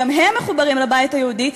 גם הם מחוברים לבית היהודי,